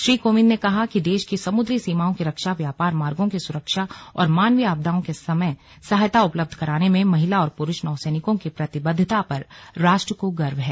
श्री कोविंद ने कहा कि देश की समुद्री सीमाओं की रक्षा व्यापार मार्गों की सुरक्षा और मानवीय आपदाओं के समय सहायता उपलब्ध कराने में महिला और पुरूष नौसैनिकों की प्रतिबद्वता पर राष्ट्र को गर्व है